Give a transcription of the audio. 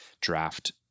draft